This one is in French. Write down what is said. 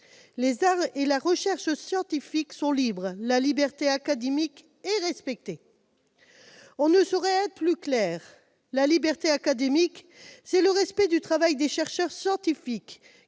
Les arts et la recherche scientifique sont libres. La liberté académique est respectée. » On ne saurait être plus clair. La liberté académique, c'est le respect du travail des chercheurs scientifiques,